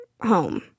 home